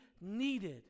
needed